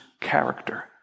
character